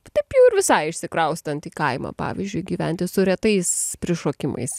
taip jau ir visai išsikraustant į kaimą pavyzdžiui gyventi su retais prišokimais